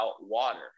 water